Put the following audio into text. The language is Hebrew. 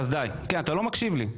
כן, אתה לא מקשיב לי.